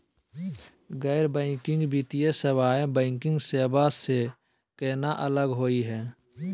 गैर बैंकिंग वित्तीय सेवाएं, बैंकिंग सेवा स केना अलग होई हे?